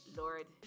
lord